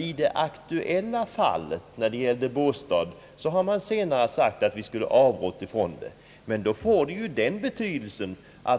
I det här aktuella fallet — Båstad alltså — har man från regeringshåll senare sagt att man om man tillfrågats skulle ha avrått från tennismatchen. Men om man säger så